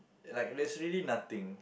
like there's really nothing